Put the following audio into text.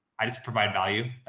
i just provide value.